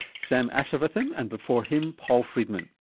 sam asirvatham, and before him paul friedman.